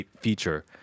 feature